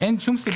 זה ממש אסור